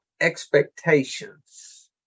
expectations